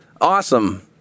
Awesome